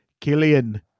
Killian